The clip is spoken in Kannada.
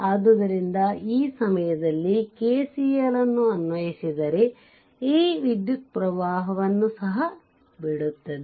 ಆದ್ದರಿಂದ ಈ ಸಮಯದಲ್ಲಿ KCL ಅನ್ನು ಅನ್ವಯಿಸಿದರೆ ಈ ವಿದ್ಯುತ್ ಪ್ರವಾಹವನ್ನು ಸಹ ಬಿಡುತ್ತದೆ